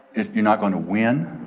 if you're not gonna win,